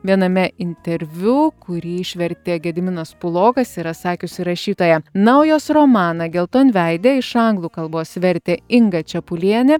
viename interviu kurį išvertė gediminas pulokas yra sakiusi rašytoja na o jos romaną geltonveidė iš anglų kalbos vertė inga čepulienė